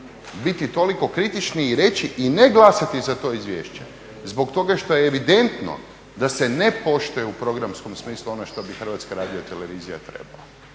biti toliko kritični i reći i ne glasati za to izvješće. Zbog toga što je evidentno da se ne poštuje u programskom smislu ono što bi HRT trebala. Mislim da bi to trebali.